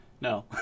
No